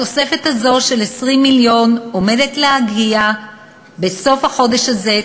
התוספת הזאת של 20 מיליון ש"ח עומדת להגיע בסוף החודש הזה,